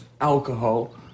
alcohol